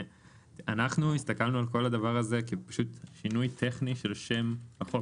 אנחנו הסתכלנו על כל הדבר הזה פשוט כשינוי טכני של שם החוק.